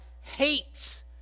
hates